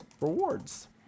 rewards